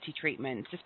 treatments